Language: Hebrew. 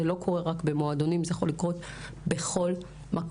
זה לא קורה רק במועדונים, זה יכול לקרות בכל מקום.